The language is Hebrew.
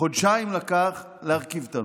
חודשיים לקח להרכיב את הממשלה,